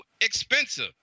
expensive